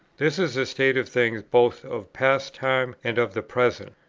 this is a state of things both of past time and of the present.